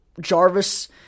Jarvis